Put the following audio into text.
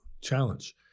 challenge